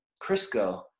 Crisco